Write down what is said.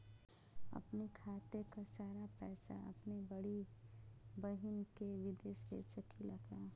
अपने खाते क सारा पैसा अपने बड़ी बहिन के विदेश भेज सकीला का?